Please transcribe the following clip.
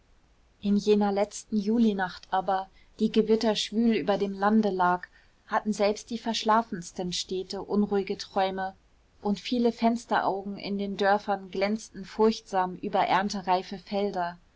in jener letzten julinacht aber die gewitterschwül über dem lande lag hatten selbst die verschlafensten städte unruhige träume und viele fensteraugen in den dörfern glänzten furchtsam über erntereife felder